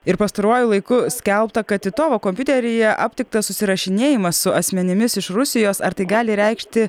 ir pastaruoju laiku skelbta kad titovo kompiuteryje aptiktas susirašinėjimas su asmenimis iš rusijos ar tai gali reikšti